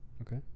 Okay